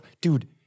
dude